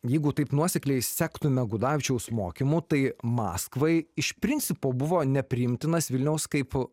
jeigu taip nuosekliai sektume gudavičiaus mokymu tai maskvai iš principo buvo nepriimtinas vilniaus kaip